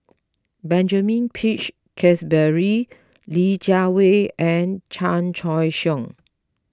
Benjamin Peach Keasberry Li Jiawei and Chan Choy Siong